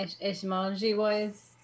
etymology-wise